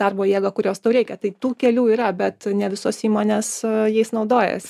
darbo jėgą kurios tau reikia tai tų kelių yra bet ne visos įmonės a jais naudojas